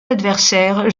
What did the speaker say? adversaires